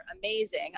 amazing